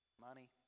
money